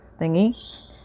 thingy